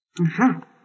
Aha